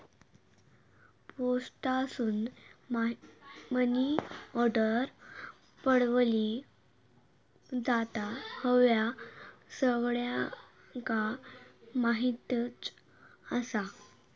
पोस्टासून money order पाठवली जाता, ह्या सगळ्यांका माहीतच आसा